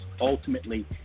ultimately